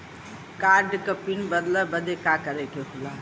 Card क pin बदले बदी का करे के होला?